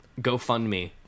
GoFundMe